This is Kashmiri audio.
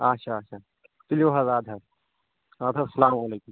اچھا اَچھا تُلِو حظ اَدٕ حظ اَدٕ حظ السلام علیکُم